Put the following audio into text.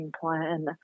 plan